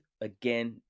again